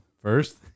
first